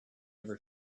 ever